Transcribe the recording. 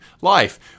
life